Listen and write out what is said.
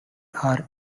are